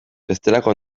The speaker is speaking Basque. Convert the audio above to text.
bestelako